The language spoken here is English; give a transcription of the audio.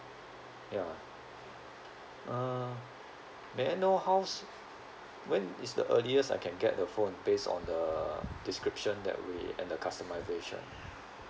ya uh may I know how s~ when is the earliest I can get the phone based on the description that way and the customisation